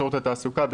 שירות התעסוקה.